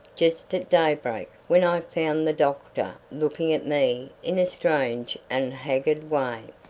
just at daybreak, when i found the doctor looking at me in a strange and haggard way.